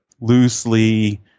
loosely